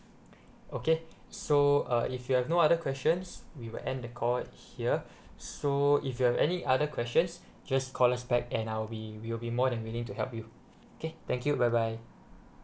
okay so uh if you have no other questions we will end the call here so if you have any other questions just call us back and I will be we will be more than willing to help you okay thank you bye bye